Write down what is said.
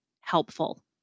helpful